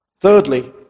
thirdly